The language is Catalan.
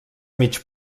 mig